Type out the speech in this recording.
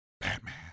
Batman